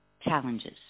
challenges